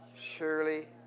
Surely